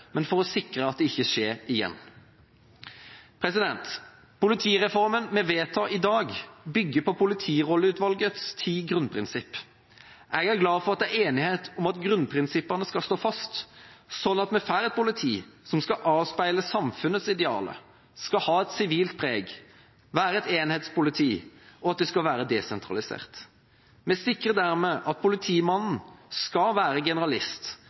men for å sikre at det ikke skjer igjen. Politireformen vi vedtar i dag, bygger på Politirolleutvalgets ti grunnprinsipper. Jeg er glad for at det er enighet om at grunnprinsippene skal stå fast, slik at vi får et politi som skal avspeile samfunnets idealer, ha et sivilt preg, være et enhetspoliti, og at det skal være desentralisert. Vi sikrer dermed at politimannen skal være en generalist,